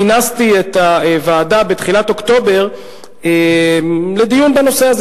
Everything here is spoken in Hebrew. כינסתי את הוועדה בתחילת אוקטובר לדיון בנושא הזה.